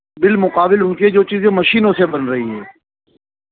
بالمقابل ان کے جو چیزیں مشینوں سے بن رہی ہے